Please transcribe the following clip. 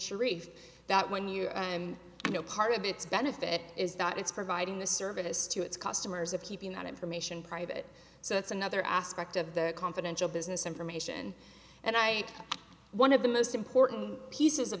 sharif that when you and i know part of its benefit is that it's providing the service to its customers of keeping that information private so that's another aspect of the confidential business information and i one of the most important pieces of